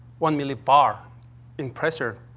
one millibar in pressure.